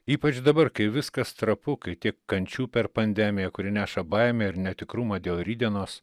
ypač dabar kai viskas trapu kai tiek kančių per pandemiją kuri neša baimę ir netikrumą dėl rytdienos